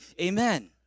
amen